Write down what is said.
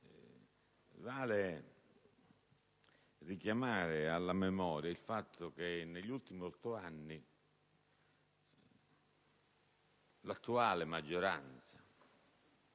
vale richiamare alla memoria il fatto che negli ultimi otto anni l'attuale maggioranza,